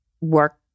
work